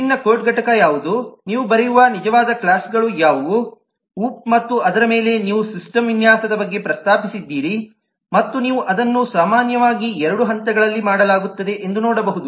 ವಿಭಿನ್ನ ಕೋಡ್ ಘಟಕ ಯಾವುದು ನೀವು ಬರೆಯುವ ನಿಜವಾದ ಕ್ಲಾಸ್ಗಳು ಯಾವುವು ಊಪ್ ಮತ್ತು ಅದರ ಮೇಲೆ ನೀವು ಸಿಸ್ಟಮ್ ವಿನ್ಯಾಸದ ಬಗ್ಗೆ ಪ್ರಸ್ತಾಪಿಸಿದ್ದೀರಿ ಮತ್ತು ನೀವು ಅದನ್ನು ಸಾಮಾನ್ಯವಾಗಿ 2 ಹಂತಗಳಲ್ಲಿ ಮಾಡಲಾಗುತ್ತದೆ ಎಂದು ನೋಡಬಹುದು